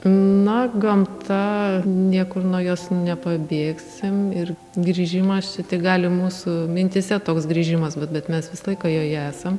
na gamta niekur nuo jos nepabėgsim ir grįžimas čia tik gali mūsų mintyse toks grįžimas bet bet mes visą laiką joje esam